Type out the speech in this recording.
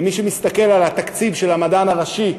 ומי שמסתכל על התקציב של המדען הראשי,